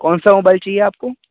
کون سا موبائل چاہیے آپ کو